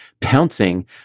pouncing